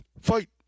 fight